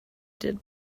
did